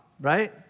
right